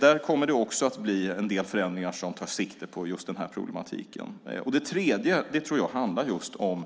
Där kommer det också att bli en del förändringar som tar sikte på just denna problematik. Det tredje spåret handlar just om